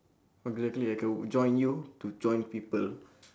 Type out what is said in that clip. I'd be lucky if I could join you to join people